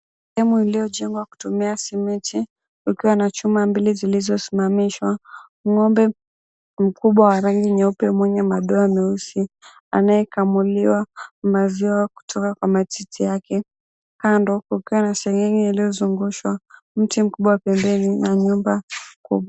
Sehemu iliyojengwa kutumia simiti, kukiwa na chuma mbili zilizosimamishwa. Ng'ombe mkubwa wa rangi nyeupe mwenye madoa meusi anayekamuliwa maziwa kutoka kwa matiti yake kando kukiwa na seng'eng'e iliyozungushwa, mti mkubwa pembeni na nyumba kubwa.